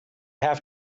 have